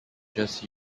just